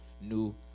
new